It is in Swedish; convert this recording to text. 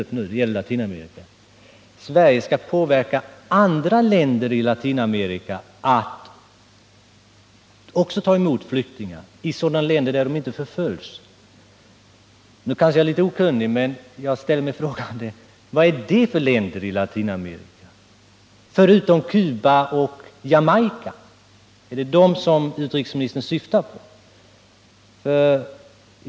Utrikesministern säger i svaret att Sverige på olika sätt söker underlätta för de latinamerikanska flyktingarna att bosätta sig i andra stater i Latinamerika där de inte förföljs. Jag kanske är litet okunnig, men jag frågar: Vad är det för länder i Latinamerika förutom Cuba och Jamaica? Är det dessa båda länder utrikesministern syftar på?